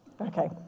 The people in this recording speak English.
Okay